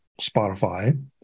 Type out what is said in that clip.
Spotify